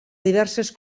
diverses